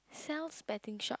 Sal's betting shop